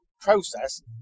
process